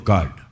God